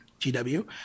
GW